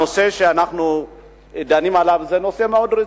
הנושא שאנחנו דנים עליו הוא נושא מאוד רציני.